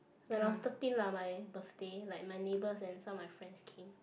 when I was thirteen lah my birthday like my neighbours and some of my friends came